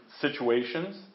situations